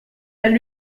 elle